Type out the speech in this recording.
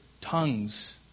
tongues